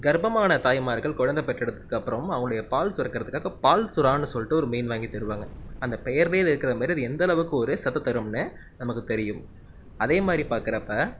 கர்ப்பமான தாய்மார்கள் குழந்த பெற்றெடுத்ததுக்கு அப்புறம் அவங்களுடைய பால் சுரக்கிறத்துக்காக பால் சுறான்னு சொல்லிட்டு ஒரு மீன் வாங்கி தருவாங்க அந்த பெயர்லையே இது இருக்கிற மாரி அது எந்த அளவுக்கு ஒரு சத்தை தரும்னு நமக்கு தெரியும் அதே மாதிரி பார்க்குறப்ப